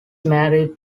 married